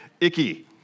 icky